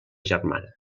germana